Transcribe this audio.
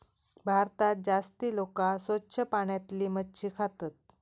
भारतात जास्ती लोका स्वच्छ पाण्यातली मच्छी खातत